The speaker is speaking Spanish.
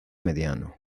mediano